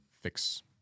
fix